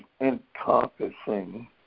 encompassing